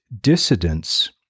dissidents